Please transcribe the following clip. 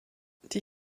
die